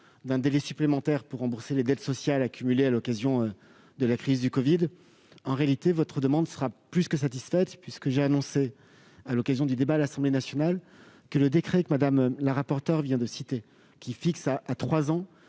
d'un délai supplémentaire pour rembourser les dettes sociales accumulées à l'occasion de la crise du covid. En réalité, votre demande est plus que satisfaite, puisque j'ai annoncé, à l'occasion du débat à l'Assemblée nationale, que le décret que Mme la rapporteure générale vient de citer et qui fixe à trois ans